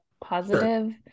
positive